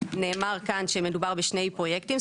נאמר כאן שמדובר בשני פרויקטים.